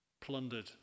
plundered